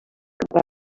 que